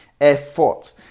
effort